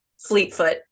Fleetfoot